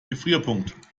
gefrierpunkt